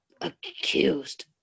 accused